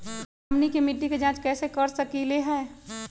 हमनी के मिट्टी के जाँच कैसे कर सकीले है?